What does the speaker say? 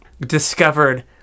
discovered